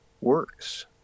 works